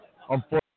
unfortunately